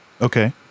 Okay